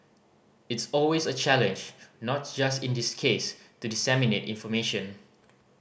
it's always a challenge not just in this case to disseminate information